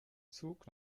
zug